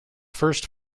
first